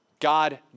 God